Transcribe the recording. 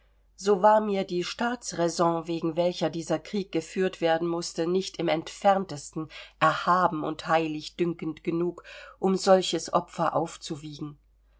so war mir die staatsraison wegen welcher dieser krieg geführt werden mußte nicht im entferntesten erhaben und heilig dünkend genug um solches opfer aufzuwiegen